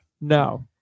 No